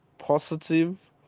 Positive